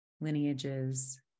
lineages